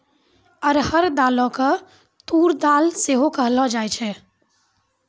अरहर दालो के तूर दाल सेहो कहलो जाय छै